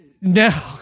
No